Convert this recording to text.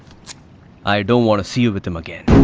i don't want to see you with him again